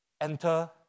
Enter